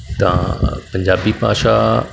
ਤਾਂ ਪੰਜਾਬੀ ਭਾਸ਼ਾ